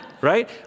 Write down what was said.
right